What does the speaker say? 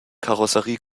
karosserie